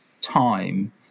time